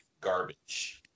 garbage